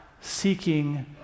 seeking